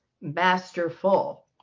masterful